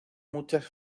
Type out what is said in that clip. muchas